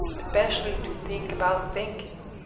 especially to think about thinking.